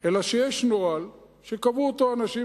אלא שיש נוהל שקבעו אותו אנשים,